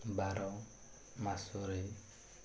ବାର ମାସରେ